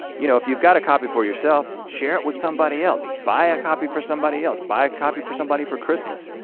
you know, if you've got a copy for yourself, share it with somebody else, buy a copy for somebody else, buy a copy for somebody for christmas.